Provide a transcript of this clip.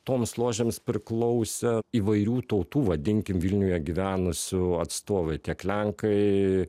toms ložėms priklausė įvairių tautų vadinkim vilniuje gyvenusių atstovai tiek lenkai